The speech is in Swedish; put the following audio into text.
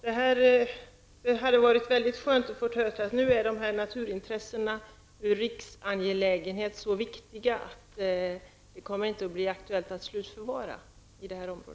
Det hade varit skönt att få höra att naturintressena är som riksangelägenhet så viktiga att det inte blir aktuellt med slutförvaring i området.